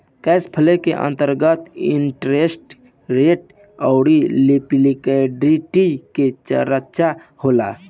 cash flow के अंतर्गत interest rate अउरी लिक्विडिटी के चरचा होला